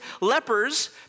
lepers